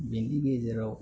बेनि गेजेराव